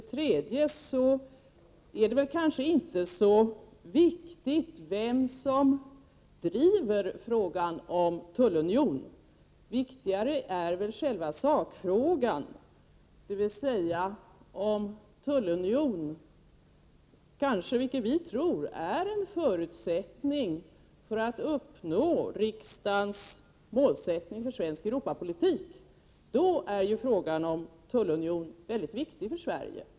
Dessutom är det kanske inte så viktigt vem som driver frågan om tullunion. Viktigare är väl själva sakfrågan, dvs. om tullunion kanske — vilket vi tror — är en förutsättning för att uppnå riksdagens mål för svensk Europapolitik. Under sådana förhållanden är ju frågan om tullunion mycket viktig för Sverige.